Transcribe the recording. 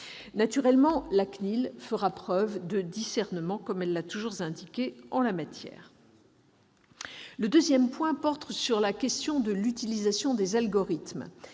Naturellement, la CNIL fera preuve de discernement comme elle l'a toujours indiqué en la matière. Le deuxième point porte sur la question de l'utilisation des algorithmes.